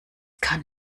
kann